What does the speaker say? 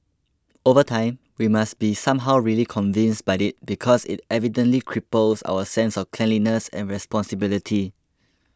over time we must be somehow really convinced by it because it evidently cripples our sense of cleanliness and responsibility